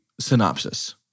Synopsis